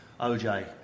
OJ